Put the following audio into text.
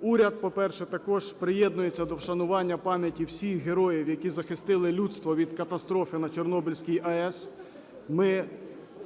Уряд, по-перше, також приєднується до вшанування пам'яті всіх героїв, які захистили людство від катастрофи на Чорнобильській АЕС. Ми